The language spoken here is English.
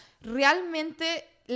realmente